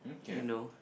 you know